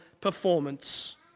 performance